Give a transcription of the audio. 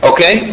Okay